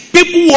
People